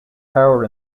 power